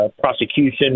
prosecution